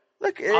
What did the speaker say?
look